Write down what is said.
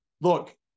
look